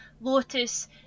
Lotus